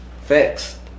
Facts